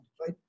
right